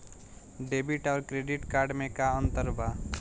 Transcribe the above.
Debit आउर credit card मे का अंतर बा?